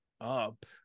up